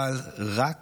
אבל רק